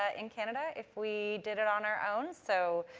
ah in canada, if we did it on our own. so,